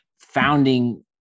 founding